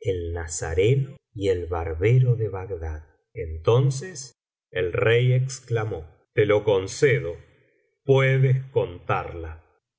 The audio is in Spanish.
el nazareno y el barbero de bagdad entonces el rey exclamó te lo concedo puedes contarla